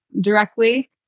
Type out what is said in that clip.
directly